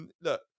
Look